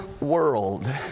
world